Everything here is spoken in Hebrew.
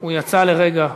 הוא יצא לרגע.